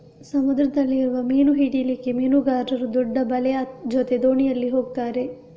ಸಮುದ್ರದಲ್ಲಿ ಇರುವ ಮೀನು ಹಿಡೀಲಿಕ್ಕೆ ಮೀನುಗಾರರು ದೊಡ್ಡ ಬಲೆ ಜೊತೆ ದೋಣಿಯಲ್ಲಿ ಹೋಗ್ತಾರೆ